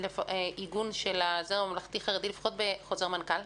עיגון של הזרם הממלכתי-חרדי, לפחות בחוזר מנכ"ל,